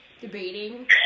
debating